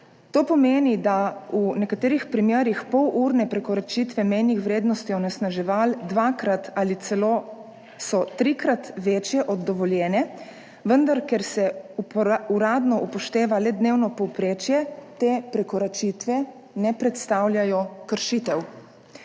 To pomeni, da so v nekaterih primerih polurne prekoračitve mejnih vrednosti onesnaževal dvakrat ali celo trikrat večje od dovoljene, vendar ker se uradno upošteva le dnevno povprečje, te prekoračitve ne predstavljajo kršitev.